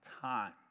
time